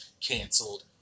canceled